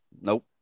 nope